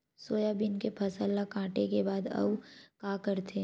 Soybean के फसल ल काटे के बाद आऊ का करथे?